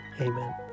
Amen